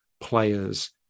players